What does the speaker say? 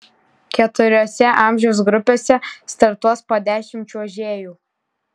keturiose amžiaus grupėse startuos po dešimt čiuožėjų